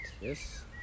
yes